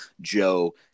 Joe